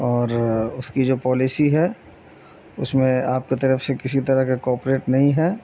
اور اس کی جو پالیسی ہے اس میں آپ کے طرف سے کسی طرح کا کوپریٹ نہیں ہے